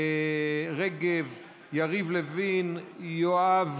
מירי מרים רגב, יריב לוין, יואב